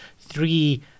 three